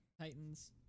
titans